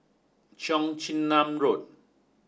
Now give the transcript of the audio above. Cheong Chin Nam Road